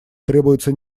требуются